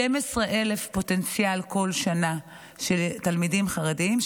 כל שנה פוטנציאל של 12,000 תלמידים חרדים,